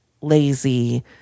lazy